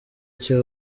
cyo